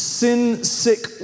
sin-sick